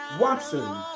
Watson